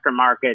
aftermarket